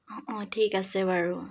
অঁ ঠিক আছে বাৰু